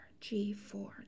G4